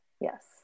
Yes